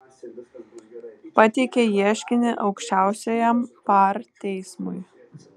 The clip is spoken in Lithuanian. pateikė ieškinį aukščiausiajam par teismui